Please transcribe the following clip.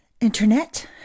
internet